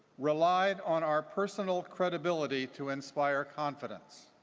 relied on our personal credibility to inspire confidence.